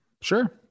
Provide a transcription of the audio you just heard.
Sure